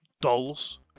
dolls